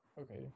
Okay